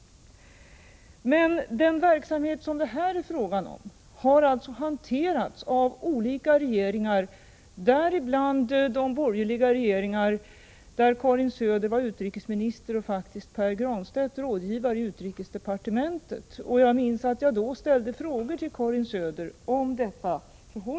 När det gäller den verksamhet som det här är fråga om har alltså olika regeringar handlagt dessa frågor, däribland de borgerliga regeringar där Karin Söder var utrikesminister och, faktiskt, Pär Granstedt var rådgivare i utrikesdepartementet. Jag minns att jag då ställde frågor till Karin Söder om den här verksamheten.